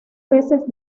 veces